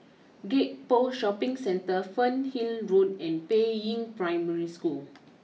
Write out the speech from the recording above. Gek Poh Shopping Centre Fernhill Road and Peiying Primary School